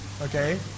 okay